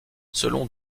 selon